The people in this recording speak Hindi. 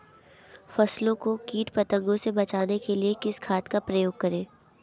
फसलों को कीट पतंगों से बचाने के लिए किस खाद का प्रयोग करें?